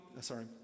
sorry